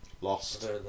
Lost